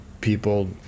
people